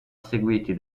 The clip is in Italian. seguiti